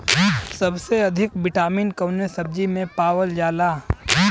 सबसे अधिक विटामिन कवने सब्जी में पावल जाला?